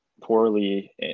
poorly